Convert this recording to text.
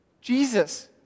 Jesus